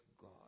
God